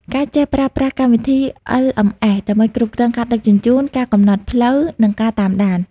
គេចេះប្រើប្រាស់កម្មវិធី LMS ដើម្បីគ្រប់គ្រងការដឹកជញ្ជូន ការកំណត់ផ្លូវ និងការតាមដាន។